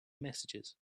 messages